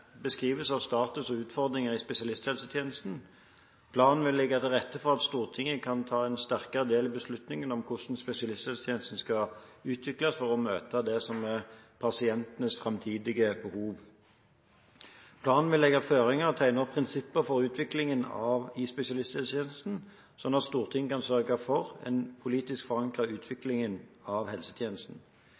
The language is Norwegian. beskrivelse av status og utfordringer i spesialisthelsetjenesten. Planen vil legge til rette for at Stortinget kan ta sterkere del i beslutningene om hvordan spesialisthelsetjenesten skal utvikles for å møte det som er pasientenes framtidige behov. Planen vil legge føringer og tegne opp prinsipper for utviklingen i spesialisthelsetjenesten, slik at Stortinget kan sørge for en politisk forankret utvikling av helsetjenesten.